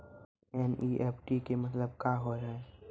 NEFT के मतलब का होव हेय?